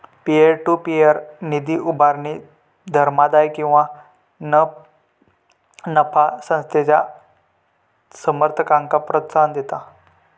peer to peer निधी उभारणी धर्मादाय किंवा ना नफा संस्थेच्या समर्थकांक प्रोत्साहन देता